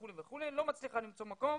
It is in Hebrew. היא לא מצליחה למצוא מקום,